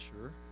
sure